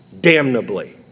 damnably